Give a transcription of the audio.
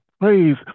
praise